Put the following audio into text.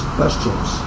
questions